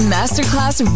Masterclass